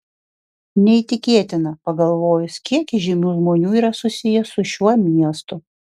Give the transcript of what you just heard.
neįtikėtina pagalvojus kiek įžymių žmonių yra susiję su šiuo miestu